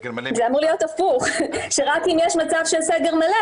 זה אמור להיות הפוך: שרק אם יש מצב של סגר מלא,